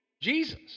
Jesus